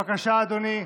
בבקשה, אדוני.